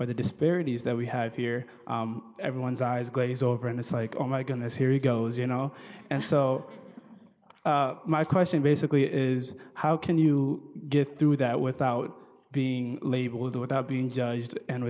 or the disparities that we have here everyone's eyes glaze over and it's like oh my goodness here he goes you know and so my question basically is how can you get through that without being labeled without being judged and